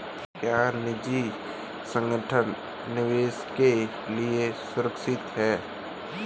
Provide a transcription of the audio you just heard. क्या निजी संगठन निवेश के लिए सुरक्षित हैं?